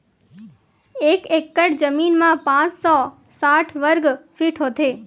एक एकड़ जमीन मा पांच सौ साठ वर्ग फीट होथे